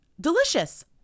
delicious